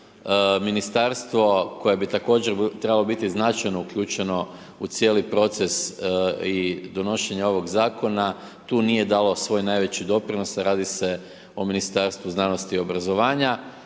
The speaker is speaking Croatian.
ministarstvo koje bi također trebalo biti značajno uključeno u cijeli proces i donošenja ovoga zakona, tu nije dalo svoj najveći doprinos, radi se o Ministarstvu znanosti i obrazovanja